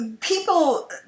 People